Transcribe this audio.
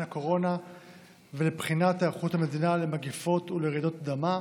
קורונה ולבחינת היערכות המדינה למגפות ולרעידות אדמה.